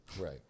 right